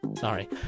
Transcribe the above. Sorry